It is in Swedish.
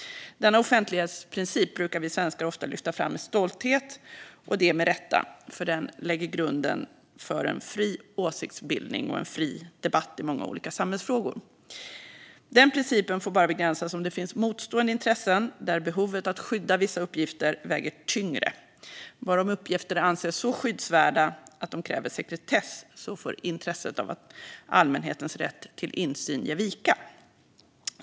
Denna offentlighetsprincip brukar vi svenskar lyfta fram med stolthet och det med rätta, för den lägger grunden för en fri åsiktsbildning och en fri debatt i många olika samhällsfrågor. Principen får bara begränsas om det finns motstående intressen och behovet av att skydda vissa uppgifter väger tyngre. Bara om uppgifter anses så skyddsvärda att de kräver sekretess får intresset av allmänhetens rätt till insyn ge vika.